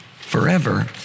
Forever